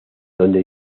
donde